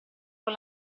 con